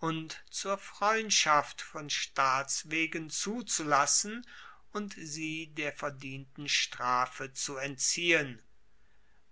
und zur freundschaft von staats wegen zuzulassen und sie der verdienten strafe zu entziehen